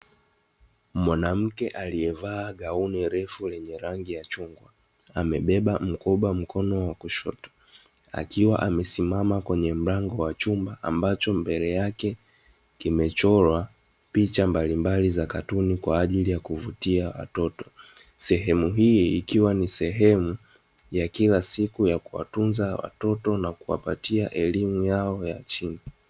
Mwanamke aliyevaa gauni refu lenye rangi ya chungwa, amebeba mkoba mkono wa kushoto, akiwa amesimama kwenye mlango wa chuma ambacho mbele yake kumechorwa picha mbali mbali za katuni kwa ajili ya kuvutia watoto. Sehemu hii ikiwa ni sehemu ya kila siku ya kuwatunza watoto na kuwapatia elimu yao ya chini.